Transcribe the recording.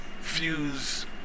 fuse